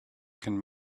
can